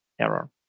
error